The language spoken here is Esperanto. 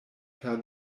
por